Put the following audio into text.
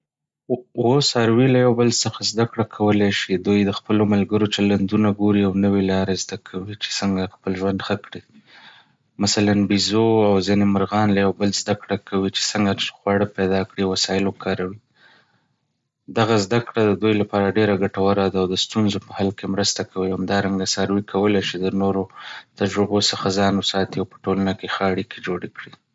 هو، څاروي له یو بل څخه زده کړه کولی شي. دوی د خپلو ملګرو چلندونه ګوري او نوې لارې زده کوي چې څنګه خپل ژوند ښه کړي. مثلاً بيزو او ځینې مرغان له یو بل زده کړه کوي چې څنګه خواړه پیدا کړي او وسایل وکاروي. دغه زده کړه د دوی لپاره ډېره ګټوره ده او د ستونزو په حل کې مرسته کوي. همدارنګه، څاروي کولی شي د نورو تجربو څخه ځان وساتي او په ټولنه کې ښه اړیکې جوړې کړي.